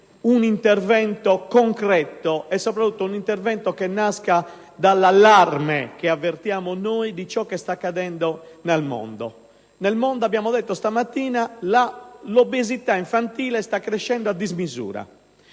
un intervento concreto e soprattutto che nasca dall'allarme che noi avvertiamo per ciò che sta accadendo nel mondo. Nel mondo - lo abbiamo detto questa mattina - l'obesità infantile sta crescendo a dismisura;